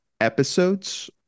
episodes